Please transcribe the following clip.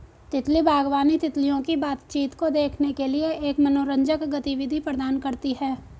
तितली बागवानी, तितलियों की बातचीत को देखने के लिए एक मनोरंजक गतिविधि प्रदान करती है